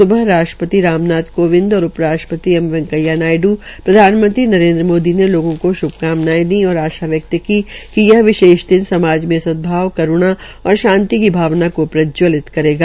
स्बह राष्ट्रपति रामनाथ कोविंद और उप राष्ट्रपति एम वैकेंया नायडू प्रधानमंत्री नरेन्द्र मोदी ने लोगों को श्भकामनायें दी और आशा व्यक्त की कि यह विशेष दिन समाज में सदभाव करूणा और शांति की भावना को प्रज्वलित करेगा